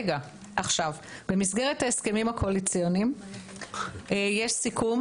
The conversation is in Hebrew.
במסגרת ההסכמים הקואליציוניים יש סיכום